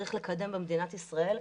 שצריך לקדם במדינת ישראל,